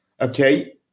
okay